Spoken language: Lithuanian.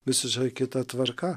visiškai kita tvarka